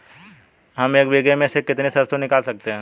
हम एक बीघे में से कितनी सरसों निकाल सकते हैं?